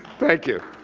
thank you.